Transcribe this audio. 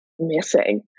missing